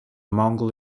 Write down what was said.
mongol